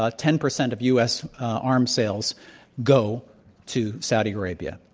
ah ten percent of u. s. arms sales go to saudi arabia.